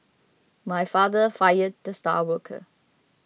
my father fired the star worker